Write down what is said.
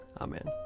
Amen